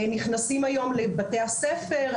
נכנסים היום לבתי הספר.